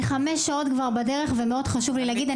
אני חמש שעות כבר בדרך ומאוד חשוב לי להגיד,